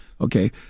okay